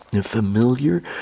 familiar